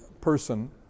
person